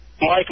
Mike